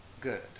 Good